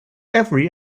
every